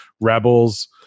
Rebels